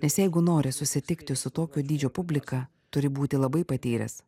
nes jeigu nori susitikti su tokio dydžio publika turi būti labai patyręs